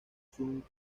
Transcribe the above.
sun